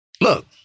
look